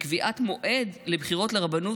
קביעת מועד לבחירות לרבנות,